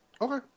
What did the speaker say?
Okay